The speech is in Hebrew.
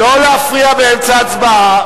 להפסיק עכשיו, כי אנחנו בהצבעה.